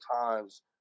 times